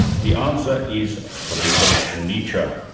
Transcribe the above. the answer is friedrich nietzsche,